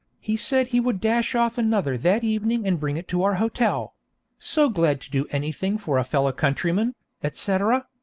he said he would dash off another that evening and bring it to our hotel so glad to do anything for a fellow-countryman etc.